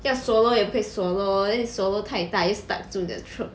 要 swallow 也不可以 swallow then 你 swallow 太大又 stuck 住你的 throat